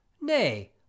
Nay